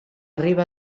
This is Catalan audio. riba